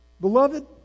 Beloved